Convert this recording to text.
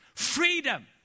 Freedom